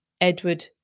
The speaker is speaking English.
Edward